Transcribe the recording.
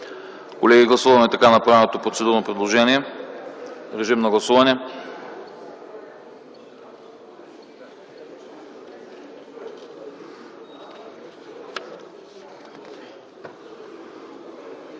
Колеги, гласуваме така направеното процедурно предложение. Моля, гласувайте.